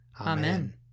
Amen